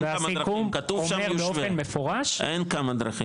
הסיכום אומר באופן מפורש --- אין כמה דרכים.